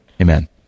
Amen